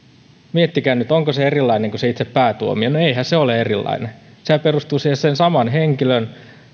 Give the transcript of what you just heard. miettikää nyt onko se erilainen kuin se itse päätuomio no eihän se ole erilainen sehän perustuu sen saman henkilön